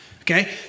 okay